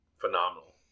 phenomenal